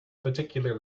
particular